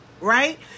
right